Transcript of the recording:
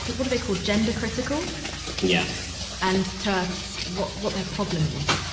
what are they called? gender critical yeah and terfs, what what their problem is?